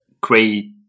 great